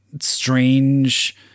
strange